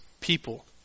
people